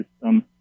system